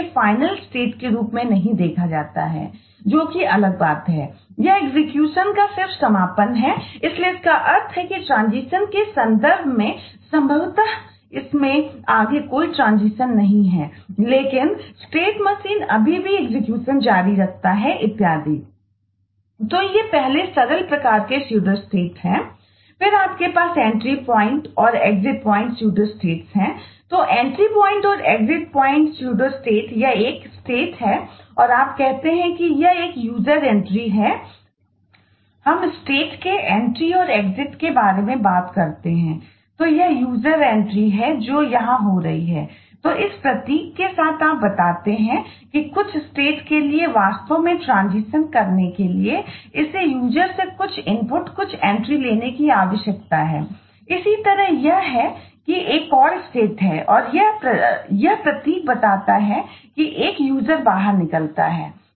फिर आपके पास एंट्री प्वाइंट बाहर निकलता है